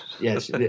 yes